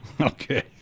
okay